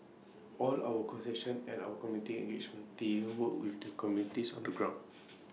all our concessions and our community engagement teams work with the communities on the ground